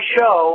Show